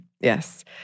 Yes